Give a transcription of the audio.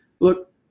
look